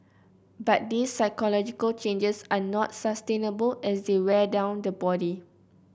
but these physiological changes are not sustainable as they wear down the body